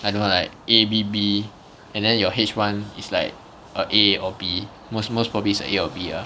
I don't know like A B B and then your H one is like a A or B most most probably is a A or B lah